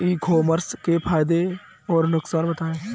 ई commerce के फायदे और नुकसान बताएँ?